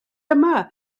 yma